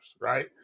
right